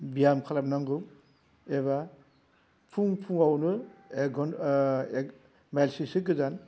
ब्याम खालामनांगौ एबा फुं फुंआवनो एक घन एक माइलस्सोसो गोजान